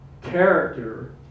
character